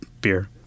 beer